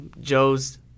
Joe's